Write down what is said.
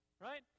Right